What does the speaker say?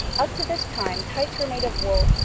up to this time tights were made of wool,